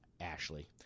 Ashley